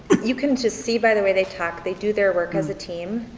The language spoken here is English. you can just see by the way they talk they do their work as a team,